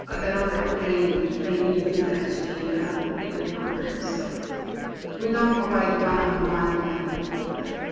the number of trainees trainees is actually a good number. um so we don't provide one on one definitely but